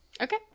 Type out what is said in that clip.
Okay